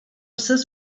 ses